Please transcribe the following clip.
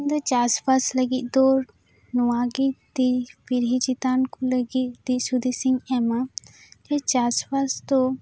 ᱤᱧ ᱫᱚ ᱪᱟᱥ ᱵᱟᱥ ᱞᱟᱹᱜᱤᱫ ᱫᱚ ᱱᱚᱣᱟ ᱜᱤ ᱛᱤ ᱯᱤᱲᱦᱤ ᱪᱮᱛᱟᱞ ᱠᱩ ᱞᱟᱹᱜᱤᱫ ᱫᱤᱥ ᱦᱩᱫᱤᱥ ᱤᱧ ᱮᱢᱟ ᱪᱟᱥ ᱵᱟᱥ ᱫᱚ